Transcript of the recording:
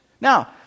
Now